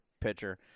pitcher